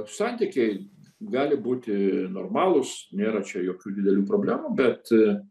santykiai gali būti normalūs nėra čia jokių didelių problemų bet